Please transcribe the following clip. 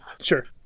Sure